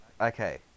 Okay